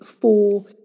four